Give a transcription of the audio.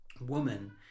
woman